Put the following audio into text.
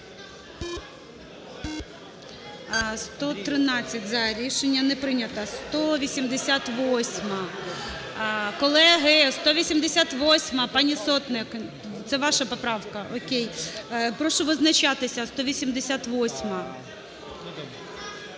За-113 Рішення не прийнято. 188-а. Колеги, 188-а. Пані Сотник, це ваша поправка. О'кей. Прошу визначатися, 188-а.